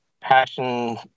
passion